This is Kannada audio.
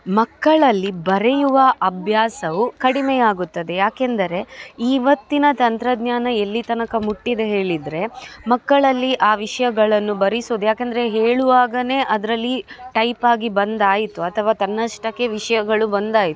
ಮಕ್ಕಳಲ್ಲಿ ಬರೆಯುವ ಅಭ್ಯಾಸವು ಕಡಿಮೆಯಾಗುತ್ತದೆ ಯಾಕೆಂದರೆ ಇವತ್ತಿನ ತಂತ್ರಜ್ಞಾನ ಎಲ್ಲಿ ತನಕ ಮುಟ್ಟಿದೆ ಹೇಳಿದರೆ ಮಕ್ಕಳಲ್ಲಿ ಆ ವಿಷಯಗಳನ್ನು ಬರಿಸೋದು ಯಾಕೆಂದ್ರೆ ಹೇಳುವಾಗಲೇ ಅದರಲ್ಲಿ ಟೈಪಾಗಿ ಬಂದಾಯಿತು ಅಥವಾ ತನ್ನಷ್ಟಕ್ಕೆ ವಿಷಯಗಳು ಬಂದಾಯಿತು